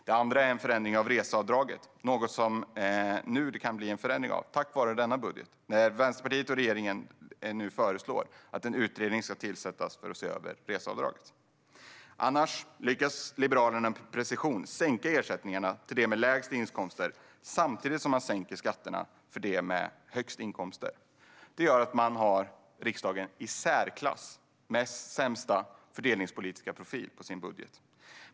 Det andra är en förändring av reseavdraget, något som det nu kan bli en förändring av tack vare denna budget, när Vänsterpartiet och regeringen föreslår att en utredning ska tillsättas för att se över reseavdraget. Annars lyckas Liberalerna med precision sänka ersättningarna till dem med lägst inkomster samtidigt som de sänker skatterna för dem med högst inkomster. Det gör att de har riksdagens i särklass sämsta fördelningspolitiska profil på sin budget.